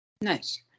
Nice